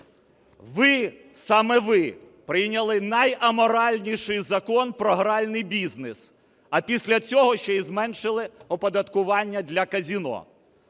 Ви, саме ви прийняли найаморальніший Закон про гральний бізнес, а після цього ще й зменшили оподаткування для казино.